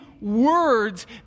words